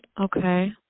Okay